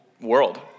world